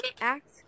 act